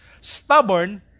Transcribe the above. stubborn